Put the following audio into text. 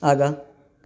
आगाँ